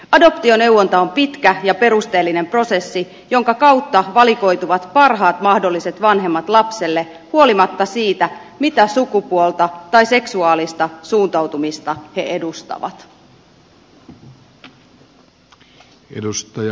adoptioneuvonta on pitkä ja perusteellinen prosessi jonka kautta valikoituvat parhaat mahdolliset vanhemmat lapselle huolimatta siitä mitä sukupuolta tai seksuaalista suuntautumista he edustavat